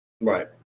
Right